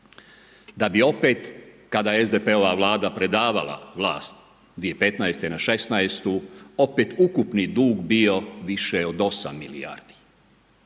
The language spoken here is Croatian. da bi opet kad je SDP-ova Vlada predavala vlast 2015. na 16. opet ukupni dug bio više od 8 milijardi.